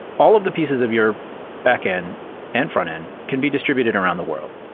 all of the pieces of your backend and frontend can be distributed around the world.